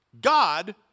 God